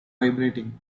vibrating